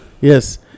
yes